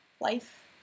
Life